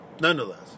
nonetheless